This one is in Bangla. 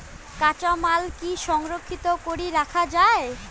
কাঁচামাল কি সংরক্ষিত করি রাখা যায়?